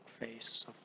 face